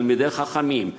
תלמידי חכמים,